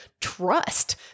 trust